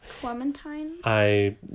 Clementine